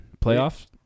playoffs